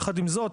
יחד עם זאת,